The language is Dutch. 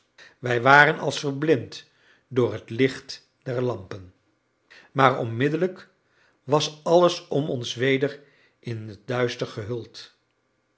wij waren als verblind door het licht der lampen maar onmiddellijk was alles om ons weder in het duister gehuld